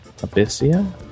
Abyssia